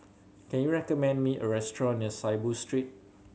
can you recommend me a restaurant near Saiboo Street